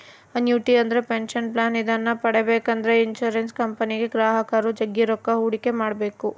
annuity ಅಂದ್ರೆ pension plan ಇದನ್ನ ಪಡೆಬೇಕೆಂದ್ರ ಇನ್ಶುರೆನ್ಸ್ ಕಂಪನಿಗೆ ಗ್ರಾಹಕರು ಜಗ್ಗಿ ರೊಕ್ಕ ಹೂಡಿಕೆ ಮಾಡ್ಬೇಕು